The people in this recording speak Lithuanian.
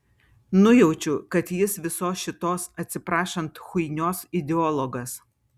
nujaučiu kad jis visos šitos atsiprašant chuinios ideologas